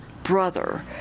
brother